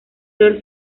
flor